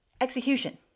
execution